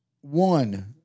one